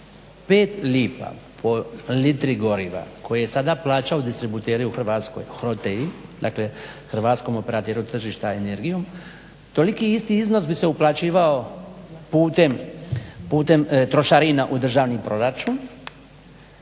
5 lipa po litri goriva koje je sada plaćao distributeri u Hrvatskoj HROTE-i, dakle Hrvatskom operateru tržišta energijom toliki isti iznos bi se uplaćivao putem trošarina u državni proračun, a